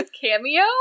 cameo